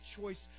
choice